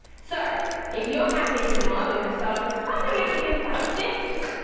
so if you're happy and you know it we're gonna start off with clapping your hands like this,